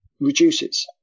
reduces